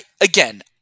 again